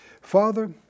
Father